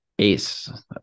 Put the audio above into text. ace